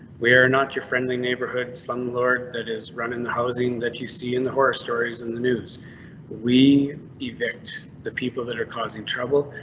we're not your friendly neighborhood, slum lord, that is running the housing that you see in the horror stories in the news we evict the people that are causing trouble.